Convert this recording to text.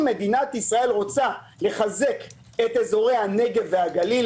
מדינת ישראל רוצה לחזק את אזורי הנגב והגליל,